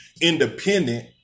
independent